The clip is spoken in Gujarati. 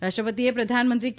રાષ્ટ્રપતિએ પ્રધાનમંત્રી કે